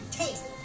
taste